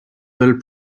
built